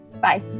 bye